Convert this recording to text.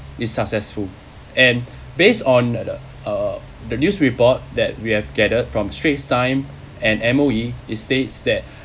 is successful and based on the uh the news report that we have gathered from straits time and M_O_E states that